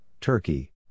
Turkey